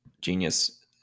genius